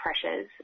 pressures